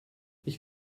ich